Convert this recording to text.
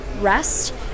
rest